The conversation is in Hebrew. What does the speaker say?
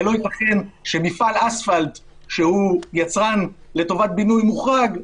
הרי לא ייתכן שמפעל אספלט שהוא יצרן לטובת בינוי מוחרג,